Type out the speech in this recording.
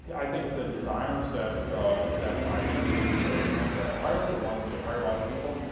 i think the designers that that i interview, the ones that i hire, the ones that get hired by other people,